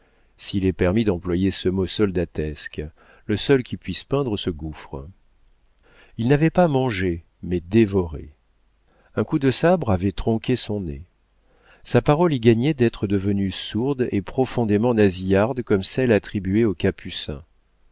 s'il est permis d'employer ce mot soldatesque le seul qui puisse peindre ce gouffre il n'avait pas mangé mais dévoré un coup de sabre avait tronqué son nez sa parole y gagnait d'être devenue sourde et profondément nasillarde comme celle attribuée aux capucins